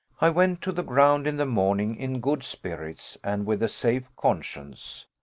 i went to the ground in the morning in good spirits, and with a safe conscience.